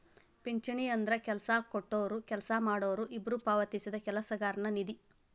ಪಿಂಚಣಿ ಅಂದ್ರ ಕೆಲ್ಸ ಕೊಟ್ಟೊರು ಕೆಲ್ಸ ಮಾಡೋರು ಇಬ್ಬ್ರು ಪಾವತಿಸಿದ ಕೆಲಸಗಾರನ ನಿಧಿ